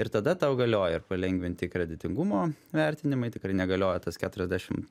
ir tada tau galioja ir palengvinti kreditingumo vertinimai tikrai negalioja tas keturiasdešimt